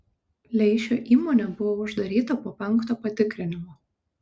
leišio įmonė buvo uždaryta po penkto patikrinimo